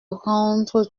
rendre